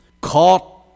caught